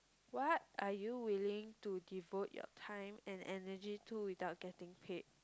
what are you willing to devote your time and energy to without getting paid